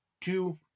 two